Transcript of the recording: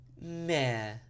meh